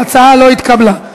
ההצעה לא התקבלה.